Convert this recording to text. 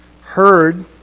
heard